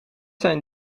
zijn